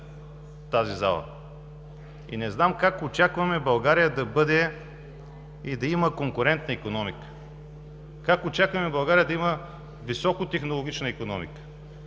тази зала. Не знам как очакваме България да бъде и да има конкурентна икономика? Как очакваме България да има високотехнологична икономика?